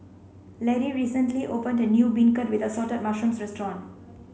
Lidie recently opened a new beancurd with assorted mushrooms restaurant